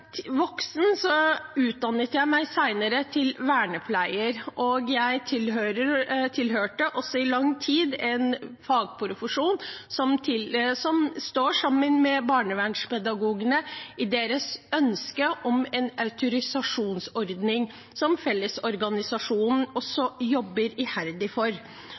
voksen utdannet jeg meg senere til vernepleier, og jeg tilhørte også i lang tid en fagprofesjon som står sammen med barnevernspedagogene i deres ønske om en autorisasjonsordning, som Fellesorganisasjonen også jobber iherdig for. Derfor er kampen for flere autoriserte yrkesgrupper i Norge en viktig kamp, ikke bare for